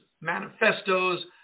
manifestos